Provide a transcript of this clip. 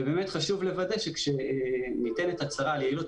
באמת חשוב לוודא שכשניתנת הצהרה ליעילות